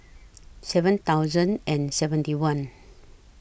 seven thousand and seventy one